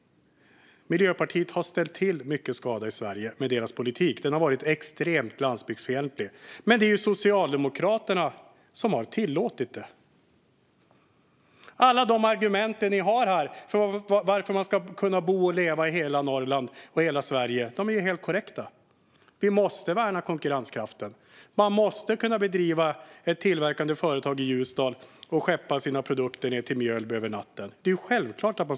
Miljöpartiet har ställt till mycket skada i Sverige med sin politik. Den har varit extremt landsbygdsfientlig. Men det är Socialdemokraterna som har tillåtit detta. Alla de argument som har anförts här när det gäller varför man ska kunna leva i hela Norrland och hela Sverige är helt korrekta. Vi måste värna konkurrenskraften. Man måste kunna bedriva ett tillverkande företag i Ljusdal och frakta sina produkter ned till Mjölby över natten. Det är självklart.